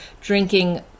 drinking